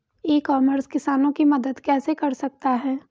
ई commerce किसानों की मदद कैसे कर सकता है?